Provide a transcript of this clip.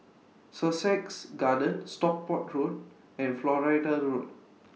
Sussex Garden Stockport Road and Florida Road